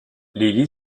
lili